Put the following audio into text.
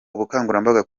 ubukangurambaga